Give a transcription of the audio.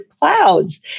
clouds